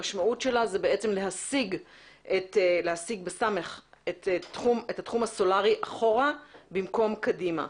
המשמעות שלה היא להסיג את התחום הסולרי אחורה במקום לקדם אותו.